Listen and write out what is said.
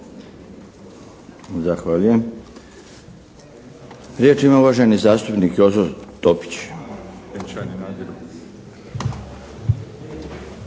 Zahvaljujem. Riječ ima uvaženi zastupnik Jozo Topić.